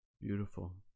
Beautiful